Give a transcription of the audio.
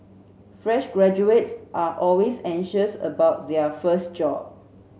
fresh graduates are always anxious about their first job